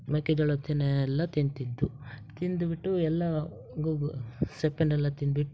ಮೆಕ್ಕೆಜೋಳದ ತೆನೆಯೆಲ್ಲ ತಿಂತಿದ್ದವು ತಿಂದು ಬಿಟ್ಟು ಎಲ್ಲ ಸಿಪ್ಪೆನೆಲ್ಲ ತಿಂದ್ಬಿಟ್ಟು